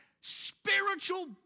spiritual